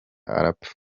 arapfa